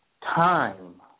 Time